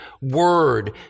word